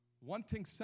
wanting